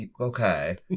okay